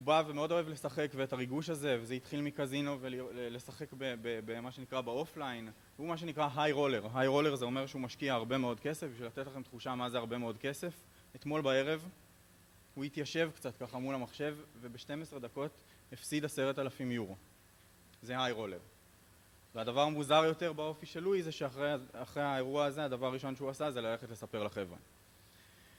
הוא בא ומאוד אוהב לשחק ואת הריגוש הזה, וזה התחיל מקזינו ולשחק במה שנקרא באופליין, הוא מה שנקרא היי רולר. היי רולר זה אומר שהוא משקיע הרבה מאוד כסף, בשביל לתת לכם תחושה מה זה הרבה מאוד כסף, אתמול בערב הוא התיישב קצת ככה מול המחשב ובשתים עשרה דקות הפסיד עשרת אלפים יורו. זה היי רולר. והדבר המוזר יותר באופי של לואי, זה שאחרי האירוע הזה הדבר הראשון שהוא עשה זה ללכת לספר לחברה